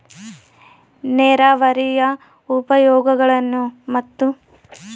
ನೇರಾವರಿಯ ಉಪಯೋಗಗಳನ್ನು ಮತ್ತು?